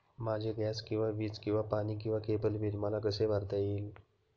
माझे गॅस किंवा वीज किंवा पाणी किंवा केबल बिल मला कसे भरता येईल?